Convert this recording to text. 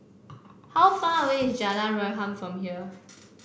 how far away is Jalan Harum from here